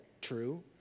true